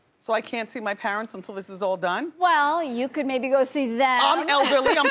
so i can't see my parents until this is all done? well, you could maybe go see them. i'm elderly, um